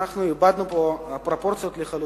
שאנחנו איבדנו פה פרופורציות לחלוטין,